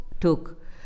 took